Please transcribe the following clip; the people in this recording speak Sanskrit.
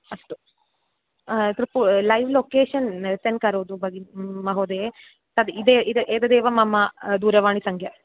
अस्तु कृपया लैव् लोकेशन् सेण्ड् करोतु भगिनी महोदये तद् इदम् इदम् एतदेव मम दूरवाणीसङ्ख्या